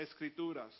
Escrituras